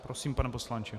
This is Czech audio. Prosím, pane poslanče.